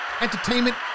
Entertainment